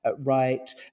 right